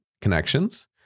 connections